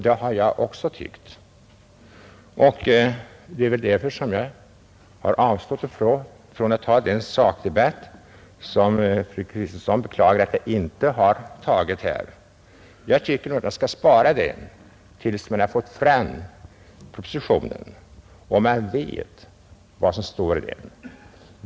Det har jag också tyckt, och det är därför som jag har avstått från att ta den sakdebatt som fru Kristensson beklagar att jag inte har tagit. Jag tycker nog att man skall spara den tills man har fått fram propositionen och vet vad som står där.